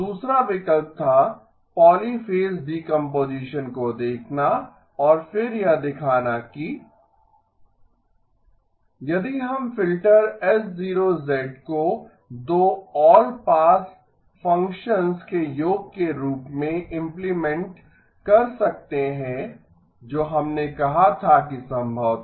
दूसरा विकल्प था पॉलीफ़ेज़ डीकम्पोजीशन को देखना और फिर यह दिखाना कि T 2 z−1 E E यदि हम फ़िल्टर H 0 को दो आल पास फ़ंक्शंस के योग के रूप में इम्प्लीमेंट कर सकते हैं जो हमने कहा था कि संभव था